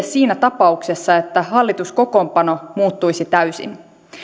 siinä tapauksessa että hallituskokoonpano muuttuisi täysin